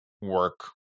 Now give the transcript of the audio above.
work